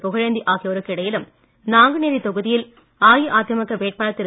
புகழேந்தி ஆகியோருக்கு இடையிலும் நாங்குநேரி தொகுதியில் அஇஅதிமுக வேட்பாளர் திரு